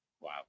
Wow